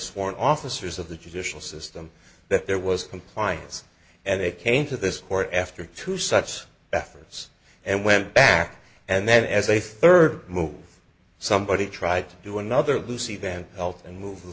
sworn officers of the judicial system that there was compliance and they came to this court after two such efforts and went back and then as a third move somebody tried to do another lucy than health and move